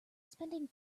spending